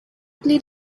played